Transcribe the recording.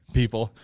People